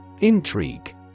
Intrigue